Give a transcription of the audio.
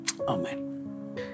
Amen